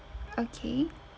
okay